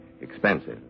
expensive